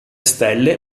stelle